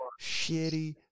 shitty